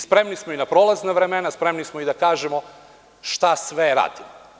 Spremni smo na prolazna vremena, spremni smo i da kažemo šta sve radimo.